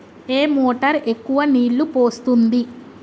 ఏ motor ఎక్కువ నీళ్లు పోస్తుంది?